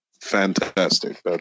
fantastic